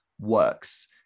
works